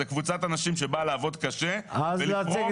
זאת קבוצת אנשים שבאה לעבוד קשה ולתרום.